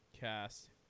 cast